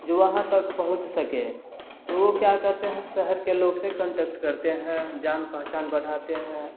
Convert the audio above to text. जो वहाँ तक पहुँच सके तो वह क्या करते हैं शहर के लोग से कांटेक्ट करते हैं जान पहचान बढ़ाते हैं